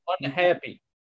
Unhappy